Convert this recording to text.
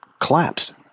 collapsed